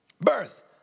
Birth